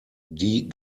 die